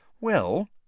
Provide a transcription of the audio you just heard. Well